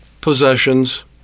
possessions